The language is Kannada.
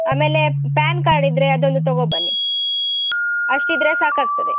ಆಮೇಲೆ ಪ್ಯಾನ್ ಕಾರ್ಡ್ ಇದ್ದರೆ ಅದೊಂದು ತಗೊಂಬನ್ನಿ ಅಷ್ಟು ಇದ್ದರೆ ಸಾಕಾಗ್ತದೆ